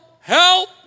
help